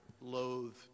loathe